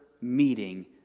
meeting